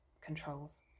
controls